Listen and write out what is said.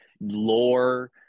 lore –